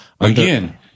again